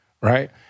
right